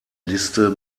liste